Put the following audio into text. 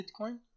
bitcoin